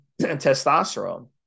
testosterone